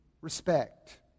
respect